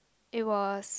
it was